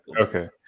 Okay